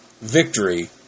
victory